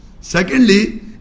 Secondly